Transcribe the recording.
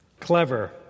Clever